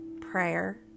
prayer